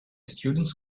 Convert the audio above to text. students